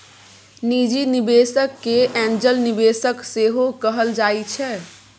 निजी निबेशक केँ एंजल निबेशक सेहो कहल जाइ छै